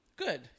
Good